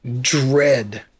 dread